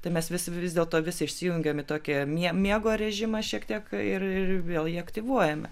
tai mes vis vis dėl to vis įsijungiam į tokį mie miego režimą šiek tiek ir vėl jį aktyvuojame